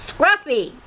Scruffy